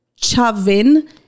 chavin